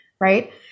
right